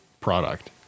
product